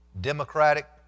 Democratic